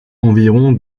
environ